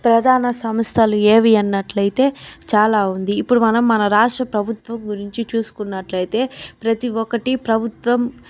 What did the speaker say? ప్రధాన సంస్థలు ఏవి అన్నట్లయితే చాలా ఉంది ఇప్పుడు మనం మన రాష్ట్ర ప్రభుత్వం గురించి చూసుకున్నట్లయితే ప్రతి ఒక్కటి ప్రభుత్వం